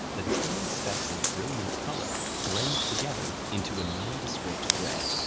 the tiny specks of brilliant color blend together into a nondescript grey.